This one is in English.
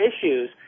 issues